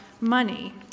money